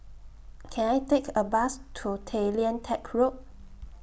Can I Take A Bus to Tay Lian Teck Road